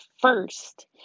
first